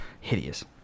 Hideous